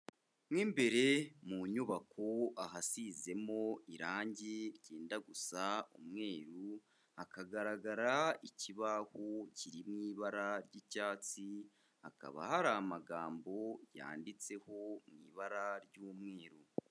Mo imbere mu nyubako ahasizemo irangi ryenda gusa umweru, hakagaragara ikibaho kiri mu ibara ry'icyatsi, hakaba hari amagambo yanditseho mu ibara ry'umweru.